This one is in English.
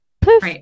Poof